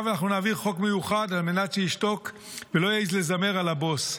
עכשיו אנחנו נעביר חוק מיוחד על מנת שישתוק ולא יעז לזמר על הבוס.